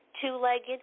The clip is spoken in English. two-legged